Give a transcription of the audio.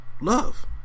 love